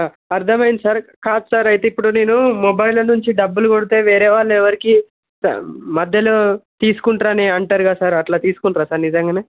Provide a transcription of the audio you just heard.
అర్థమైంది సార్ కాదు సార్ అయితే ఇప్పుడు నేను మొబైల్లో నుంచి డబ్బులు కొడితే వేరే వాళ్ళు ఎవరికి మద్యలో తీసుకుంటారు అని అంటారు కాదా సర్ అట్లా తీసుకుంటారా సార్ నిజంగనే